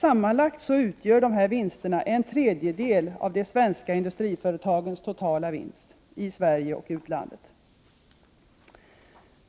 Sammanlagt utgör dessa vinster en tredjedel av de svenska industriföretagens totala vinst, både i Sverige och i utlandet.